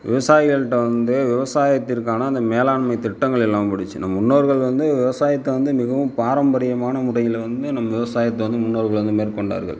விவாசாயிகள்கிட்ட வந்து விவசாயத்திற்கான அந்த மேலாண்மை திட்டங்கள் எல்லாம் முடித்து நம் முன்னோர்கள் வந்து விவசாயத்தை வந்து மிகவும் பாரம்பரியமான முறைகளை வந்து நம் விவசாயத்தை வந்து முன்னோர்கள் வந்து மேற்கொண்டார்கள்